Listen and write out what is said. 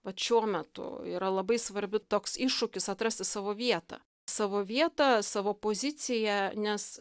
vat šiuo metu yra labai svarbi toks iššūkis atrasti savo vietą savo vietą savo poziciją nes